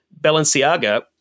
Balenciaga